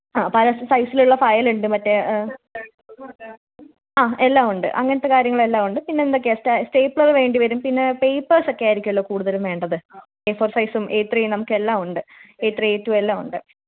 ആ പല സൈസിലുള്ള ഫയൽ ഉണ്ട് മറ്റേ ആ എല്ലാം ഉണ്ട് അങ്ങനെത്തെ കാര്യങ്ങൾ എല്ലാം ഉണ്ട് പിന്നെ എന്തൊക്കെയാ സ്റ്റേപ്ലറ് വേണ്ടി വരും പിന്നെ പേപ്പര്സ് ഒക്കെ ആയിരിക്കുമല്ലോ കൂടുതലും വേണ്ടത് ഏ ഫോര് സൈസും ഏ ത്രീയും നമുക്ക് എല്ലാം ഉണ്ട് ഏ ത്രീ ഏ റ്റു എല്ലാം ഉണ്ട്